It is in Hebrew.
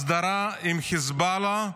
הסדרה עם חיזבאללה.